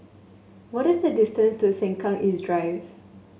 what is the distance to Sengkang East Drive